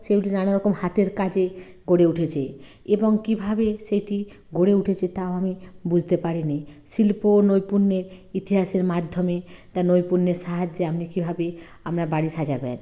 সেগুলি নানা রকম হাতের কাজে গড়ে উঠেছে এবং কীভাবে সেইটি গড়ে উঠেছে তাও আমি বুঝতে পারিনি শিল্প নৈপুণ্যের ইতিহাসের মাধ্যমে তার নৈপুণ্যের সাহায্যে আপনি কীভাবে আপনার বাড়ি সাজাবেন